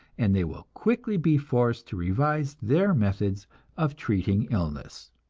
and they will quickly be forced to revise their methods of treating illness.